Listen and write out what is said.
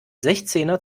sechzehner